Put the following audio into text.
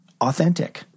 authentic